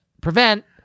prevent